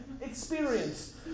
experience